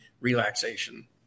relaxation